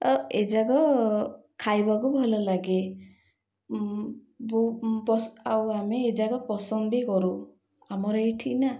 ଆଉ ଏ ଯାକ ଖାଇବାକୁ ଭଲ ଲାଗେ ବ ଆଉ ଆମେ ଏ ଯାକ ପସନ୍ଦ ବି କରୁ ଆମର ଏଇଠି ନା